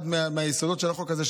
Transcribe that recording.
אחד מהיסודות של החוק הזה,